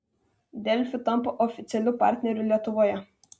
delfi tampa oficialiu partneriu lietuvoje